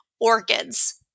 orchids